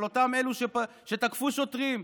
על אותם אלו שתקפו שוטרים,